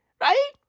Right